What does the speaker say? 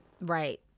right